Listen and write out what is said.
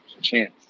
chance